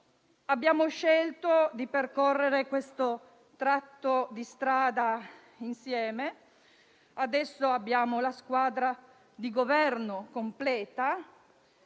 abbiamo scelto di percorrere questo tratto di strada insieme. Adesso abbiamo la squadra di Governo completa.